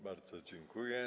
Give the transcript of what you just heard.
Bardzo dziękuję.